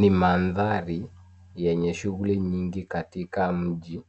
Ni maandari, enye shughuli nyingi katika mji,